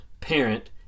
parent